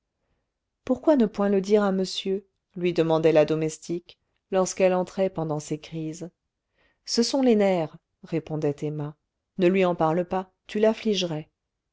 pourquoi ne point le dire à monsieur lui demandait la domestique lorsqu'elle entrait pendant ces crises ce sont les nerfs répondait emma ne lui en parle pas tu l'affligerais